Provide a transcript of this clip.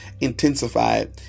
intensified